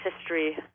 History